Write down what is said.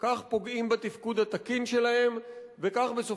כך פוגעים בתפקוד התקין שלהן,